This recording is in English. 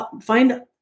find